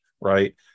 right